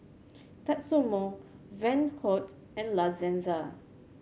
Tatsumoto Van Houten and La Senza